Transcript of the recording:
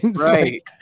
Right